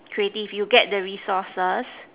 creative you get the resources